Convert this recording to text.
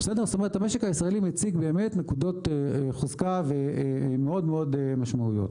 זאת אומרת המשק הישראלי מציג באמת נקודות חוזקה מאוד מאוד משמעותיות.